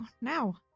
now